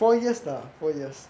four years for four years